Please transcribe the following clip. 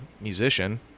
musician